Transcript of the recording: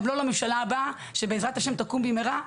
גם לא לממשלה הבאה שבעזרת השם תקום במהרה,